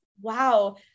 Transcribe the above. wow